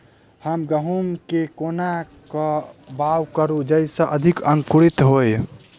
हम गहूम केँ कोना कऽ बाउग करू जयस अधिक अंकुरित होइ?